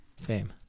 fame